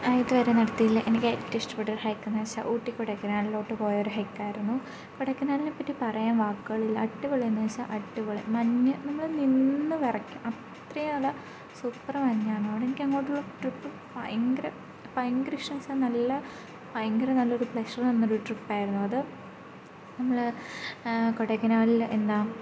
ഞാൻ ഇതുവരെ നടത്തിയതിൽ എനിക്ക് ഏറ്റവും ഇഷ്ടപ്പെട്ട ഒരു ഹൈക്ക് എന്നു വെച്ചാൽ ഊട്ടി കൊടൈക്കനാലിലോട്ടു പോയൊരു ഹൈക്കായിരുന്നു കൊടൈക്കനാലിനെ പറ്റി പറയാൻ വാക്കുകളില്ല അടിപൊളി എന്നു വെച്ചാൽ അടിപൊളി മഞ്ഞ് നമ്മൾ നിന്നു വിറയ്ക്കും അത്രയും നല്ല സൂപ്പർ മഞ്ഞാണ് അതു കൊണ്ടെനിക്കങ്ങോട്ടുള്ള ട്രിപ്പ് ഭയങ്കര ഭയങ്കര ഇഷ്ടമെന്നു വെച്ചാൽ നല്ല ഭയങ്കര നല്ലൊരു പ്ളെഷർ തന്നൊരു ട്രിപ്പായിരുന്നു അതു നമ്മൾ കൊടൈക്കനാലിൽ എന്താ